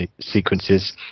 sequences